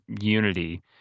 unity